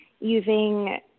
using